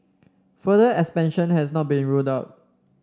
further expansion has not been ruled out